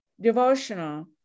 devotional